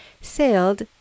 sailed